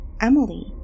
Emily